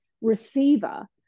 receiver